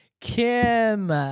kim